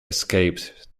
escaped